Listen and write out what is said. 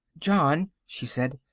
john, she said,